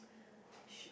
sh~